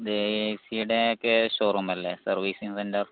ഇത് ഏസിയുടെ ഒക്കെ ഷോറൂം അല്ലേ സർവീസിംഗ് സെന്റർ